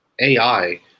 ai